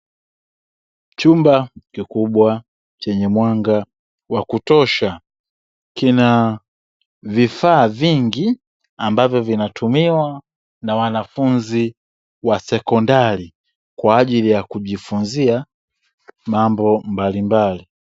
Chumba kikubwa chenye mwanga wa kutosha kina vifaa vingi ambavyo vinatumiwa na wanafunzi wa sekondari kwa ahili ya kujifunzia mambo mbalimbali.